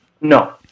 No